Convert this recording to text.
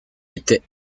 était